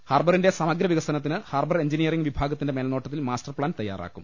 ഹാർബറിന്റെ സമഗ്ര വികസനത്തിന് harbour engineering വിഭാഗത്തിന്റെ മേൽനോട്ടത്തിൽ മാസ്റ്റർ പ്ലാൻ തയ്യാറാക്കും